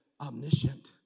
omniscient